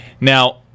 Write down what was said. Now